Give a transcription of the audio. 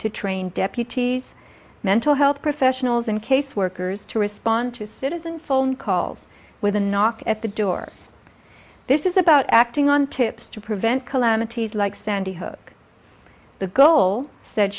to train deputies mental health professionals and caseworkers to respond to citizen phone calls with a knock at the door this is about acting on tips to prevent calamities like sandy hook the goal said